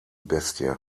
bestie